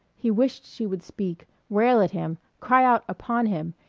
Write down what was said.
he wished she would speak, rail at him, cry out upon him,